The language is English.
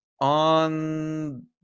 on